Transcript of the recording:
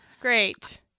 Great